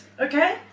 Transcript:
okay